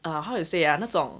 how to say ah 那种